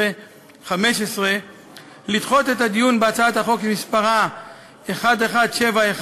2015 לדחות את הדיון בהצעת החוק שמספרה 1171,